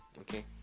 okay